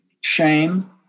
shame